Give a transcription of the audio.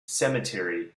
cemetery